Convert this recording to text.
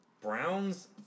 Browns